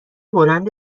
بلند